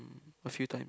a few times